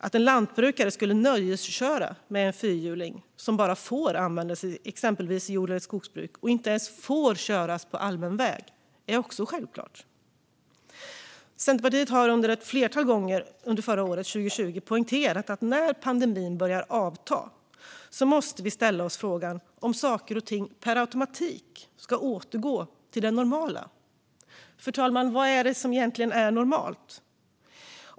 Att en lantbrukare inte skulle nöjesköra med en fyrhjuling som bara får användas i exempelvis jord eller skogsbruk och inte ens får köras på allmän väg är också självklart. Centerpartiet har ett flertal gånger under 2020 poängterat att när pandemin börjar avta måste vi ställa oss frågan om saker och ting per automatik ska återgå till det normala. Fru talman! Vad är det egentligen som är normalt?